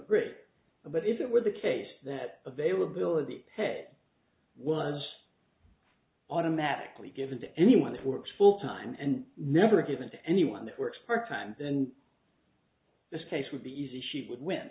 agree but if it were the case that availability pay was automatically given to anyone who works full time and never given to anyone that works part time and this case would be easy she would win